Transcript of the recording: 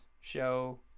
show